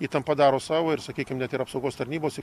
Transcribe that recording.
įtampa daro savo ir sakykim net ir apsaugos tarnybos